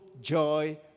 joy